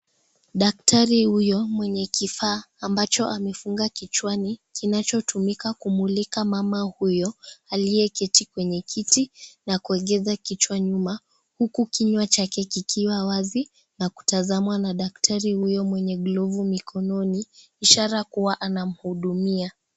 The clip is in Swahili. Daktari huyo mwenye kifaa ambacho amefunga kichwani, kinachotumika kumulika mama huyo, aliyeketi kwenye kiti. Akiegeza kichwa nyuma huku kinywa chake kikiwa wazi na kutazamwa na daktari huyo mwenye glovu mkononi, ishara kuwa anamhudumia.